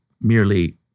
merely